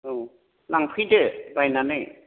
औ लांफैदो बायनानै